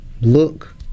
look